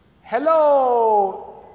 Hello